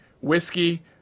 whiskey